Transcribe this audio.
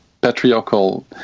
patriarchal